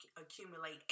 accumulate